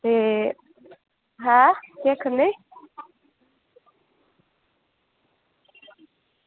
ते हां केह् आक्खा नै